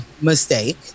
mistake